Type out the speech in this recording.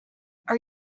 are